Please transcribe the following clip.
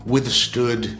Withstood